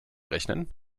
rechnen